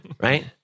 Right